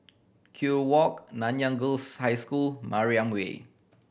Kew Walk Nanyang Girls' High School Mariam Way